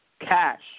cash